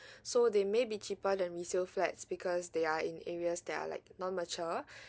so they maybe cheaper than resale flats because they are in areas that are like not mature